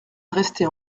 rester